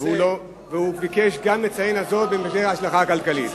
הוא ביקש לציין גם את זה, בעניין ההשלכה הכלכלית.